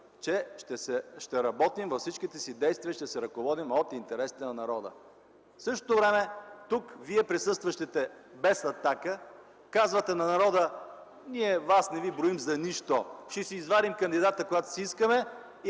че ще работим и във всичките си действия ще се ръководим от интересите на народа. В същото време тук, вие присъстващите, без „Атака”, казвате на народа: „Ние вас не ви броим за нищо. Ще си извадим кандидата, когато си искаме.